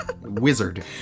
Wizard